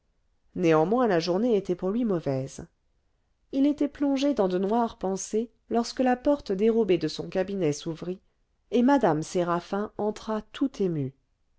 néanmoins la journée était pour lui mauvaise il était plongé dans de noires pensées lorsque la porte dérobée de son cabinet s'ouvrit et mme séraphin entra tout émue